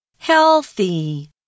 Healthy